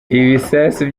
bisasu